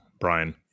Brian